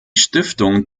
stiftung